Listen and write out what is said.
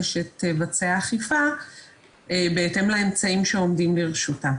שתבצע אכיפה בהתאם לאמצעים שעומדים לרשותה.